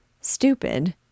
Stupid